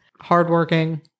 hardworking